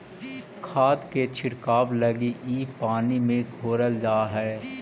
खाद के छिड़काव लगी इ पानी में घोरल जा हई